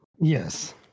Yes